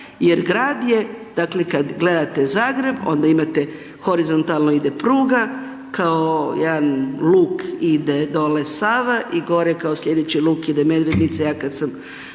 jer grad je, dakle kad gledate Zagreb onda imate horizontalno ide pruga kao, jedan luk ide dole Sava i gore kao slijedeći luk ide Medvednica. Ja kad sam